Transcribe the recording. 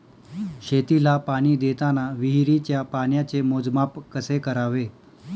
शेतीला पाणी देताना विहिरीच्या पाण्याचे मोजमाप कसे करावे?